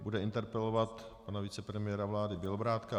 Bude interpelovat pana vicepremiéra vlády Bělobrádka.